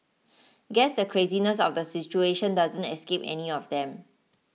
guess the craziness of the situation doesn't escape any of them